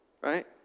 right